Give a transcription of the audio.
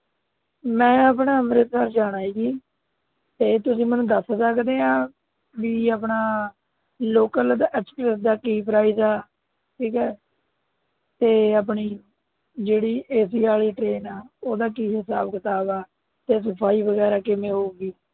ਮੈਂ ਆਪਣਾ ਅੰਮ੍ਰਿਤਸਰ ਜਾਣਾ ਹੈ ਜੀ ਅਤੇ ਤੁਸੀਂ ਮੈਨੂੰ ਦੱਸ ਸਕਦੇ ਹੋ ਵੀ ਆਪਣਾ ਲੌਕਲ ਦਾ ਐਚ ਪੀ ਐਸ ਦਾ ਕੀ ਪਰਾਇਜ਼ ਹੈ ਠੀਕ ਹੈ ਅਤੇ ਆਪਣੀ ਜਿਹੜੀ ਏ ਸੀ ਆਲੀ ਟਰੇਨ ਹੈ ਉਹਦਾ ਕੀ ਹਿਸਾਬ ਕਿਤਾਬ ਹੈ ਅਤੇ ਸਫ਼ਾਈ ਵਗੈਰਾ ਕਿਵੇਂ ਹੋਉਗੀ